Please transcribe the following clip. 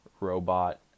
robot